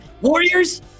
Warriors